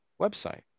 website